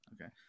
Okay